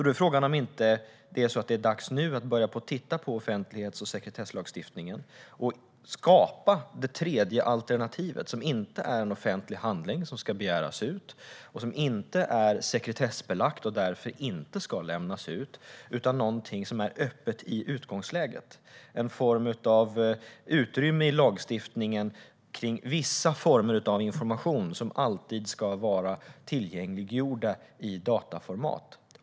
Då är frågan om det inte är dags att börja titta på offentlighets och sekretesslagstiftningen och skapa det tredje alternativet, som inte är en offentlig handling som ska begäras ut och som inte är något sekretessbelagt och som därför inte ska lämnas ut, utan någonting som är öppet i utgångsläget. Det handlar om ett utrymme i lagstiftningen för vissa former av information som alltid ska vara tillgängliggjord i dataformat.